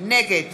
נגד